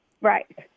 Right